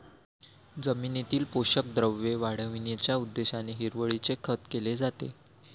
जमिनीतील पोषक द्रव्ये वाढविण्याच्या उद्देशाने हिरवळीचे खत केले जाते